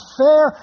fair